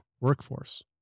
workforce